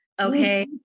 okay